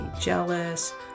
jealous